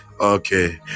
okay